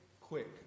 quick